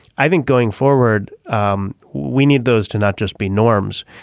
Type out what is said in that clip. i think going forward um we need those to not just be norms.